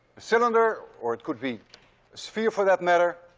cylinder or it could be a sphere, for that matter,